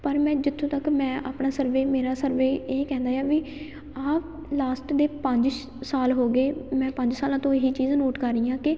ਪਰ ਮੈਂ ਜਿੱਥੋਂ ਤੱਕ ਮੈਂ ਆਪਣਾ ਸਰਵੇ ਮੇਰਾ ਸਰਵੇ ਇਹ ਕਹਿੰਦਾ ਆ ਵੀ ਆਹ ਲਾਸਟ ਦੇ ਪੰਜ ਸ਼ ਸਾਲ ਹੋ ਗਏ ਮੈਂ ਪੰਜ ਸਾਲਾਂ ਤੋਂ ਇਹੀ ਚੀਜ਼ ਨੋਟ ਕਰ ਰਹੀ ਹਾਂ ਕਿ